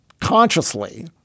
consciously